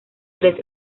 tres